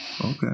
Okay